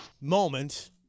moment